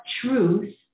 truth